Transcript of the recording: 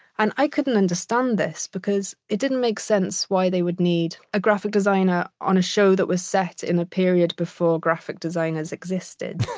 and i couldn't understand this, because it didn't make sense why they would need a graphic designer on a show that was set in a period before graphic designers existed.